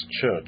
church